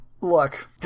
Look